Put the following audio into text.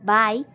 bike